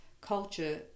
culture